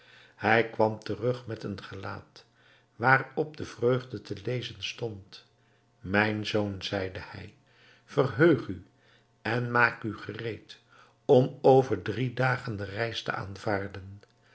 hij kwam terug met een gelaat waarop de vreugde te lezen stond mijn zoon zeide hij verheug u en maak u gereed om over drie dagen de reis te aanvaarden